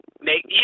make